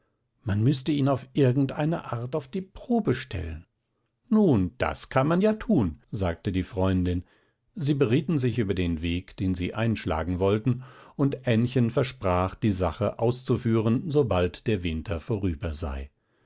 man müßte ihn auf irgendeine art auf die probe stellen nun das kann man ja tun sagte die freundin sie berieten sich über den weg den sie einschlagen wollten und ännchen versprach die sache auszuführen sobald der winter vorüber sei